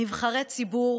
נבחרי ציבור